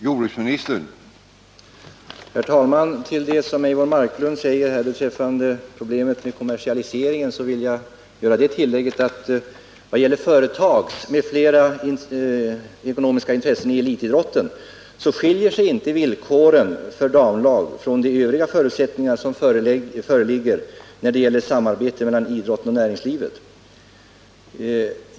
Herr talman! Till det Eivor Marklund säger beträffande problemet med kommersialiseringen vill jag tillägga att i fråga om företags m.fl. ekonomiska intressen i elitidrotten skiljer sig inte villkoren för damlag från de övriga förutsättningar som föreligger i samarbetet mellan idrotten och näringslivet.